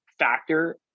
Factor